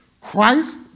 Christ